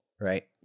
Right